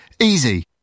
Easy